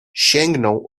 sięgnął